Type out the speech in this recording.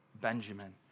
Benjamin